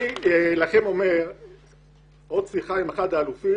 אני לכם אומר שבעוד שיחה עם אחד האלופים